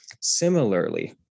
Similarly